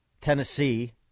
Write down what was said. Tennessee